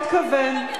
דברה.